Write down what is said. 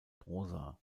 prosa